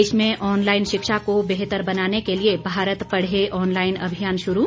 देश में ऑनलाईन शिक्षा को बेहतर बनाने के लिए भारत पढ़े ऑनलाईन अभियान शुरू